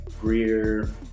greer